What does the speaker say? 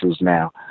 now